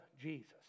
Jesus